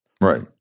Right